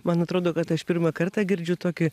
man atrodo kad aš pirmą kartą girdžiu tokį